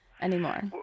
anymore